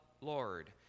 Lord